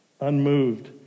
unmoved